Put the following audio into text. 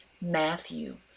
Matthew